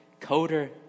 coder